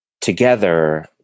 together